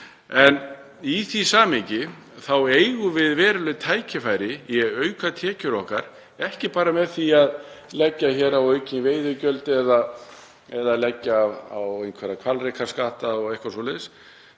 En í því samhengi þá eigum við veruleg tækifæri í að auka tekjur okkar, ekki bara með því að leggja á aukin veiðigjöld eða leggja á hvalrekaskatt eða eitthvað svoleiðis.